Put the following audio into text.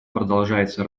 продолжается